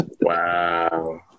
wow